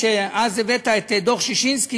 אז הבאת את דוח ששינסקי,